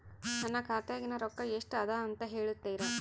ನನ್ನ ಖಾತೆಯಾಗಿನ ರೊಕ್ಕ ಎಷ್ಟು ಅದಾ ಅಂತಾ ಹೇಳುತ್ತೇರಾ?